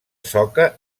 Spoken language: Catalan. soca